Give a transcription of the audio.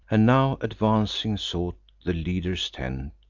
and now, advancing, sought the leader's tent.